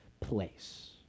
place